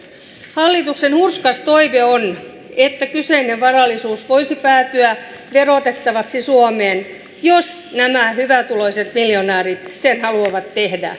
hallituksen hurskas toive on että kyseinen varallisuus voisi päätyä verotettavaksi suomeen jos nämä hyvätuloiset miljonäärit sen haluavat tehdä